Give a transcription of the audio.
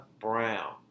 Brown